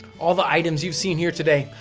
all the items you've seen here today,